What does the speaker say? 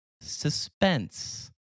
suspense